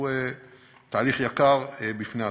הוא תהליך יקר בפני עצמו.